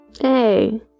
Hey